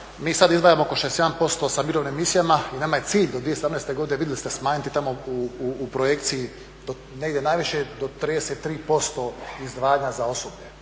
Mi sada izdvajamo oko 61% sa mirovnim misijama i nama je cilj do 2017.godine smanjiti u projekciji negdje najviše do 33% izdvajanja za osoblje,